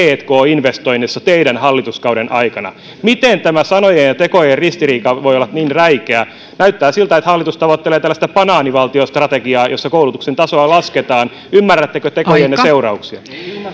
tk investoinneissa teidän hallituskautenne aikana miten tämä sanojen ja tekojen ristiriita voi olla niin räikeä näyttää siltä että hallitus tavoittelee tällaista banaanivaltiostrategiaa jossa koulutuksen tasoa lasketaan ymmärrättekö tekojenne seurauksia